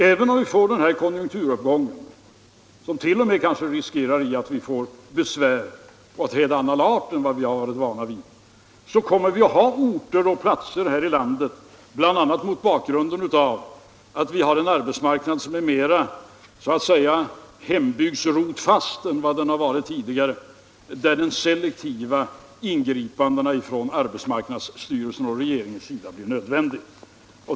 Även om vi får den här konjunkturuppgången, som t.o.m. kanske resulterar i att vi får besvär av en helt annan art än vad vi är vana vid, så kommer vi att ha orter här i landet — bl.a. mot bakgrunden av att vi har en arbetsmarknad som är mera så att säga hembygdsrotfast än den har varit tidigare — där de selektiva ingripandena från arbetsmarknadsstyrelsens och regeringens sida blir nödvändiga.